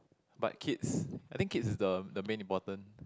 but kids I think kids is the the main important